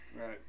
Right